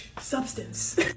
Substance